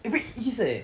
eh wait it is eh